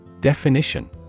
Definition